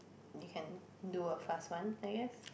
you can do a fast one I guess